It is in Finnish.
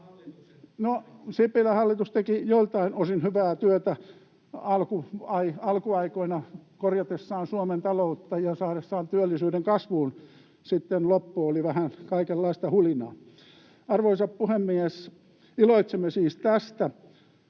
Sipilän hallitus teki joiltain osin hyvää työtä alkuaikoina korjatessaan Suomen taloutta ja saadessaan työllisyyden kasvuun, sitten loppu oli vähän kaikenlaista hulinaa. — Arvoisa puhemies, iloitsemme siis tästä.